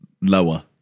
lower